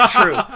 True